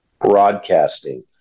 broadcasting